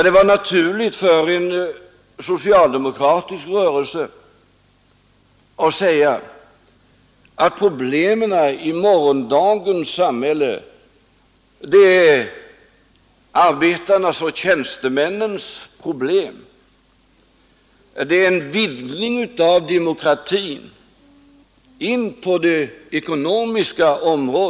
Det var naturligt för en socialdemokratisk rörelse att säga: Problemen i morgondagens samhälle, är framför allt arbetarnas och tjänstemännens problem, det är en vidgning av demokratin in på det ekonomiska området.